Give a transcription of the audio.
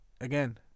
again